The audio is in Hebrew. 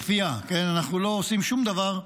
בכפייה, אנחנו לא עושים שום דבר,